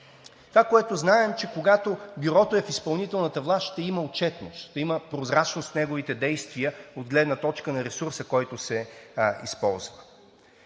Това, което знаем, е, че когато Бюрото е в изпълнителната власт, ще има отчетност, ще има прозрачност в неговите действия от гледна точка на ресурса, който се използва.